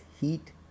heat